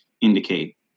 indicate